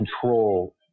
control